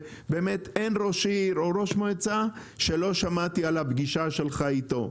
באמת אין ראש עיר או ראש מועצה שלא שמעתי על הפגישה שלך איתו,